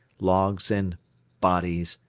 logs and bodies,